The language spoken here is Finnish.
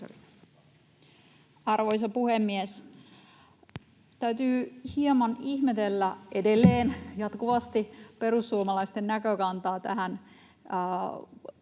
Arvoisa puhemies! Täytyy hieman ihmetellä — edelleen, jatkuvasti — perussuomalaisten näkökantaa tähän uusien